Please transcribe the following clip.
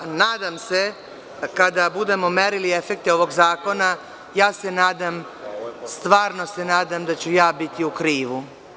Nadam se, kada budemo merili efekte ovog zakona, ja se nadam, stvarno se nadam da ću ja biti u krivu.